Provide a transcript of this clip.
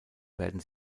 werden